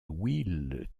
will